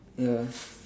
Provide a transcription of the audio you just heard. ya